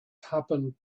happened